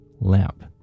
lamp